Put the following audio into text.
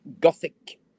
gothic